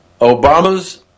Obama's